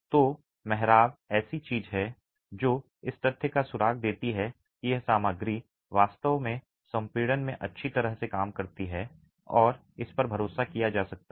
तो मेहराब ऐसी चीज है जो इस तथ्य का सुराग देती है कि यह सामग्री वास्तव में संपीड़न में अच्छी तरह से काम करती है और इस पर भरोसा किया जा सकता है